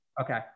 Okay